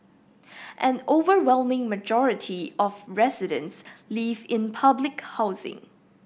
an overwhelming majority of residents live in public housing